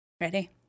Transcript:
Ready